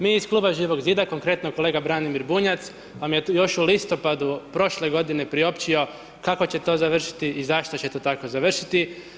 Mi iz Kluba Živog zida, konkretno kolega Branimir Bunjac vam je još u listopadu prošle godine priopćio kako će to završiti i zašto će to tako završiti.